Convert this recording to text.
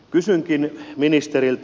kysynkin ministeriltä